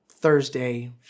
Thursday